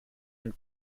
une